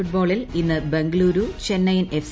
ഫുട്ബോളിൽ ഇന്ന് ബംഗളൂരൂ ചെന്നൈയിൻ എഫ്